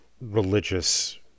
religious